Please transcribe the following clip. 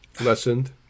Lessened